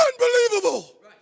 Unbelievable